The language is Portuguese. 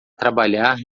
trabalhar